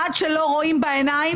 עד שלא רואים בעיניים,